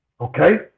okay